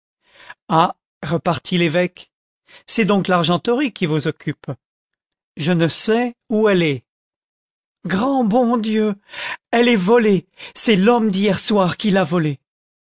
ah repartit l'évêque c'est donc l'argenterie qui vous occupe je ne sais où elle est grand bon dieu elle est volée c'est l'homme d'hier soir qui l'a volée